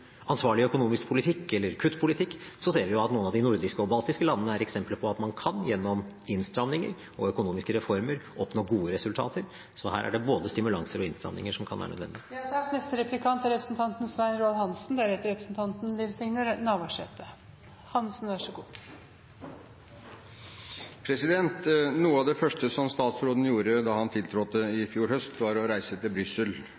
ansvarlig økonomisk politikk, eller kuttpolitikk, ser vi at noen av de nordiske og baltiske landene er eksempler på at man gjennom innstramminger og økonomiske reformer kan oppnå gode resultater. Så her er det både stimulanser og innstramminger som kan være nødvendig. Noe av det første som statsråden gjorde da han tiltrådte i fjor høst, var å reise til Brussel